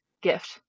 Gift